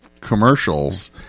commercials